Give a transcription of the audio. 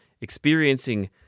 experiencing